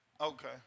Okay